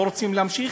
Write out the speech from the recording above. לא רוצים להמשיך,